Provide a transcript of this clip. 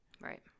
Right